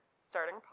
starting